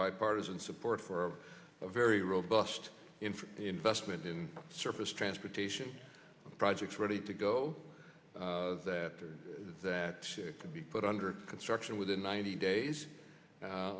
bipartisan support for a very robust investment in surface transportation projects ready to go that that could be put under construction within ninety days u